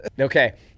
okay